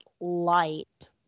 light